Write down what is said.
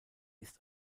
ist